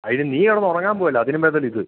അതിന് നീ കിടന്നുറങ്ങാൻ പോകുകയല്ലേ അതിനും ഭേദമല്ലേ ഇത്